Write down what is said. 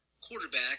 quarterback